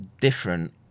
different